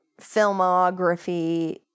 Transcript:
filmography